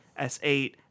s8